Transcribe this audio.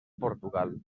portugal